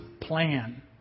plan